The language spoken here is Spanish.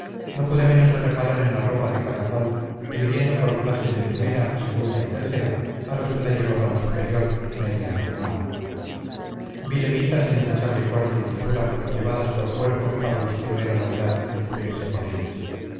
no pude menos de reparar en la ropa de cada cual dividiendo por clases de primera segunda y tercera a los que la llevaban superior media o mala vi levitas de intachable corte y hechura llevadas por cuerpos para los que no era novedad el cubrirse con ellas